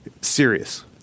serious